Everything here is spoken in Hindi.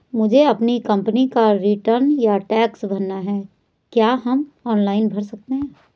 मुझे अपनी कंपनी का रिटर्न या टैक्स भरना है क्या हम ऑनलाइन भर सकते हैं?